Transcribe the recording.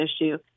issue